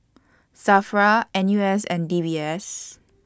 SAFRA N U S and D B S